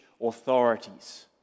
authorities